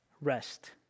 Rest